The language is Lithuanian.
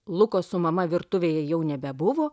lukos su mama virtuvėje jau nebebuvo